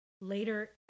later